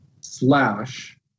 slash